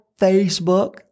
Facebook